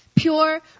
pure